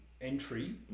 entry